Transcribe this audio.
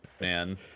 man